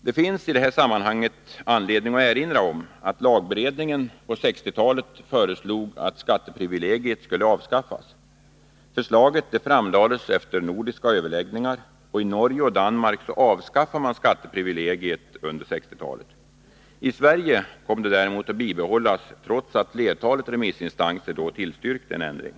Det finns i detta sammanhang anledning att erinra om att lagberedningen på 1960-talet föreslog att skatteprivilegiet skulle avskaffas. Förslaget framlades efter nordiska överläggningar, och i Norge och Danmark avskaffade man skatteprivilegiet under 1960-talet. I Sverige kom det däremot att bibehållas, trots att flertalet remissinstanser tillstyrkte en ändring.